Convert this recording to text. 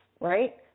right